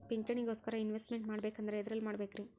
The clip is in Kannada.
ಪಿಂಚಣಿ ಗೋಸ್ಕರ ಇನ್ವೆಸ್ಟ್ ಮಾಡಬೇಕಂದ್ರ ಎದರಲ್ಲಿ ಮಾಡ್ಬೇಕ್ರಿ?